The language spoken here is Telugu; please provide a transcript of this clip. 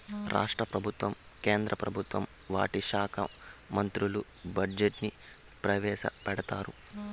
రాష్ట్ర ప్రభుత్వం కేంద్ర ప్రభుత్వం వాటి శాఖా మంత్రులు బడ్జెట్ ని ప్రవేశపెడతారు